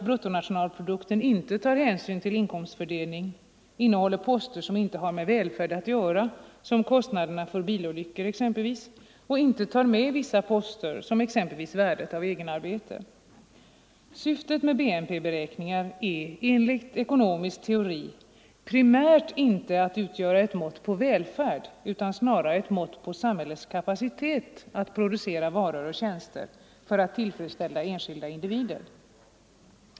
Bruttonationalprodukten tar inte hänsyn till inkomstfördelning, innehåller poster som inte har med välfärd att göra, exempelvis kostnaderna för bilolyckor, och tar inte med vissa poster, t.ex. värdet av egenarbete. Syftet med BNP beräkningar är enligt ekonomisk teori primärt inte att utgöra ett mått på välfärd utan snarare ett mått på samhällets kapacitet att producera varor och tjänster för att tillfredsställa enskilda individer.